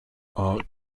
are